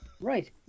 Right